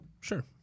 Sure